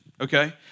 okay